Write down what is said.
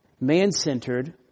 man-centered